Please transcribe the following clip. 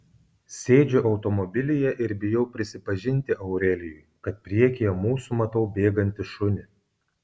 sėdžiu automobilyje ir bijau prisipažinti aurelijui kad priekyje mūsų matau bėgantį šunį